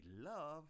love